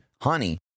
honey